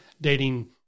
dating